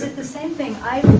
the same thing, i'm